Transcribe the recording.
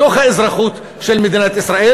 בתוך האזרחות של מדינת ישראל,